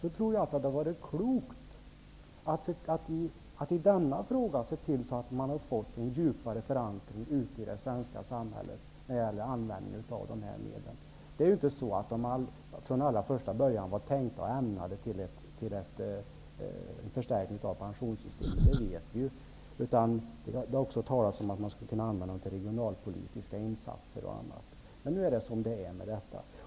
Det hade varit klokt om man när det gäller användningen av medlen sett till att få en djupare förankring i det svenska samhället. Medlen var inte från allra första början ämnade till en förstärkning av pensionssystemet. Det vet vi. Det hade också talats om att man skulle kunna använda dem till bl.a. regionalpolitiska insatser. Men nu är det som det är med detta.